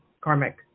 karmic